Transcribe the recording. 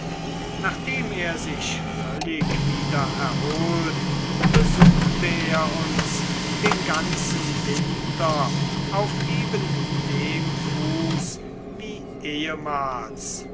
nachdem er sich völlig wieder erholt besuchte er uns den ganzen winter auf eben dem fuß wie ehemals